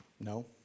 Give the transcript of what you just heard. No